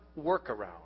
workaround